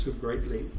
greatly